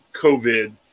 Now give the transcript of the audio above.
COVID